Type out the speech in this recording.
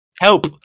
help